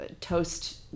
toast